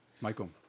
Michael